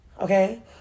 Okay